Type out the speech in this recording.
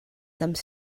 some